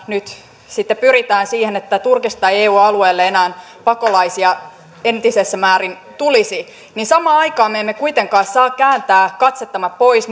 nyt sitten pyritään siihen että turkista ei eu alueelle enää pakolaisia entisessä määrin tulisi niin samaan aikaan me emme kuitenkaan saa kääntää katsettamme pois